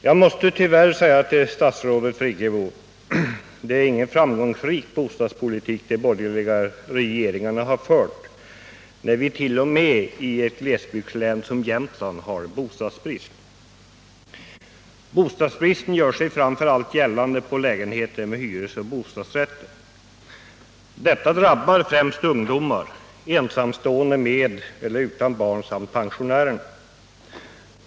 Jag måste tyvärr säga till statsrådet Friggebo: Det är ingen framgångsrik bostadspolitik de borgerliga regeringarna har fört, när vi t.o.m. i ett glesbygdslän som Jämtland har bostadsbrist. Bostadsbristen gör sig framför allt gällande för lägenheter med hyresoch bostadsrätter. Detta drabbar främst ungdomar, ensamstående med eller utan barn samt pensionärer.